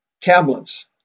tablets